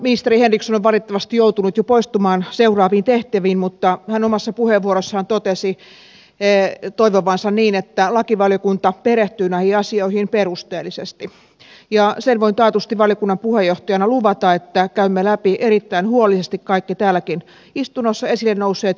ministeri henriksson on valitettavasti joutunut jo poistumaan seuraaviin tehtäviin mutta hän omassa puheenvuorossaan totesi toivovansa että lakivaliokunta perehtyy näihin asioihin perusteellisesti ja sen voin taatusti valiokunnan puheenjohtajana luvata että käymme läpi erittäin huolellisesti kaikki täälläkin istunnossa esille nousseet kysymykset